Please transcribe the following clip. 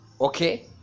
okay